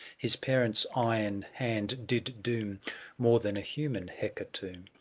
his parent's iron hand did doom more than a human hecatomb.